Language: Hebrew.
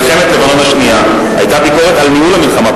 אני אומר: במלחמת לבנון השנייה היתה ביקורת על ניהול המלחמה.